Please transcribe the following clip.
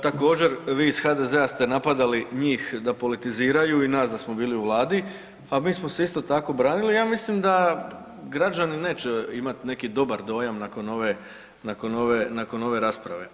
Također vi iz HDZ-a ste napadali njih da politiziraju i nas da smo bili u Vladi, a mi smo se isto tako branili ja mislim da građani neće imati neki dobar dojam nakon ove rasprave.